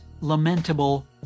Lamentable